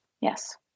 Yes